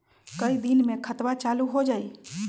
कई दिन मे खतबा चालु हो जाई?